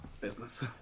business